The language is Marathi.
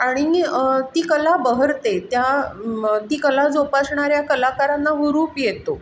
आणि ती कला बहरते त्या ती कला जोपासणाऱ्या कलाकारांना हुरूप येतो